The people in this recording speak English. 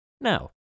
Now